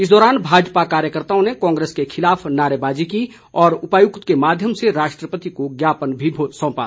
इस दौरान भाजपा कार्यकर्ताओं ने कांग्रेस के खिलाफ नारेबाजी की और उपायुक्त के माध्यम से राष्ट्रपति को ज्ञापन भी सौंपा